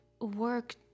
work